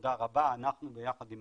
עבודה רבה, אנחנו ביחד עם